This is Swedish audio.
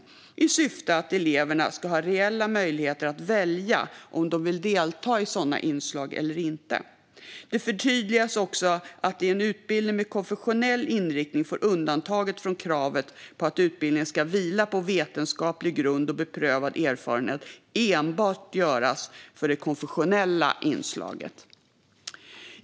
Syftet med detta är att eleverna ska ha reella möjligheter att välja om de vill delta i sådana inslag eller inte. Det förtydligas också att i en utbildning med konfessionell inriktning får undantaget från kravet på att utbildningen ska vila på vetenskaplig grund och beprövad erfarenhet enbart göras för det konfessionella inslaget.